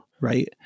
Right